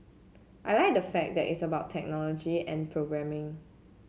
I like the fact that it's about technology and programming